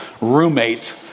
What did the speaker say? roommate